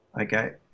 Okay